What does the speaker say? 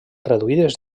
reduïdes